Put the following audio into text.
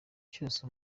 cyose